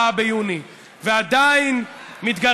לוועד הפועל של אש"ף ודרך מנגנונים אחרים.